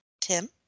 Tim